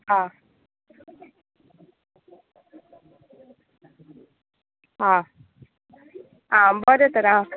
आं आं आं बरें तर आं